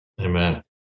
Amen